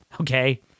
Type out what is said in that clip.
Okay